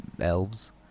elves